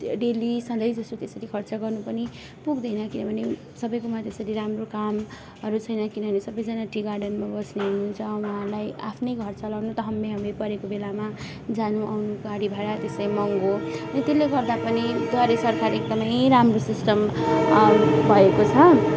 daily सधैँ जस्तो त्यसरी खर्च गर्नु पनि पुग्दैन किनभने सबैकोमा त्यसरी राम्रो कामहरू छैन किनभने सबैजना टी गार्डनमा बस्ने हुनुहुन्छ उहाँहरूलाई आफ्नै घर चलाउनु त हम्मे हम्मे परेको बेलामा जानु आउनु गाडी भाडा त्यसै महँगो त्यसले गर्दा पनि द्वारे सरकार एकदमै राम्रो सिस्टम भएको छ